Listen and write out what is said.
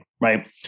right